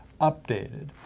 Updated